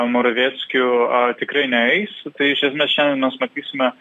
moraveckiu tikrai neis tai iš esmės šiandien mes matysime